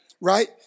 right